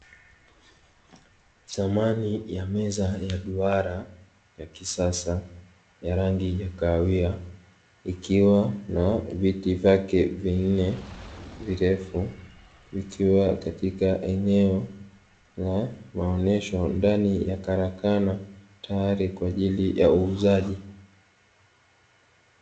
Samani ya meza ya duara ya kisasa ya rangi ya kahawia ikiwa na viti vyake vinne virefu, ikiwa katika eneo la maonyesho ndani ya karakana tayari kwa ajili ya uuzaji.